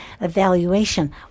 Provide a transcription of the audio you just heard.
evaluation